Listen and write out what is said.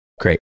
great